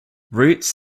routes